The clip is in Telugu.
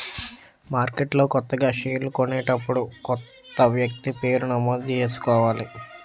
మార్కెట్లో కొత్తగా షేర్లు కొనేటప్పుడు కొత్త వ్యక్తి పేరు నమోదు చేసుకోవాలి